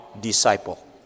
disciple